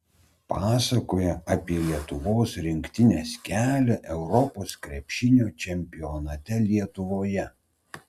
pasakoja apie lietuvos rinktinės kelią europos krepšinio čempionate lietuvoje